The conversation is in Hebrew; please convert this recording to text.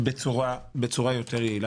בצורה יותר יעילה.